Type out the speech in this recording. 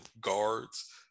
guards